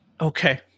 Okay